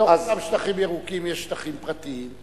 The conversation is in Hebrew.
בתוך אותם שטחים ירוקים יש שטחים פרטיים,